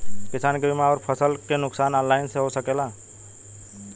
किसान के बीमा अउर फसल के नुकसान ऑनलाइन से हो सकेला?